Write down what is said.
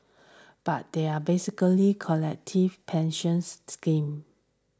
but they are basically collective pensions scheme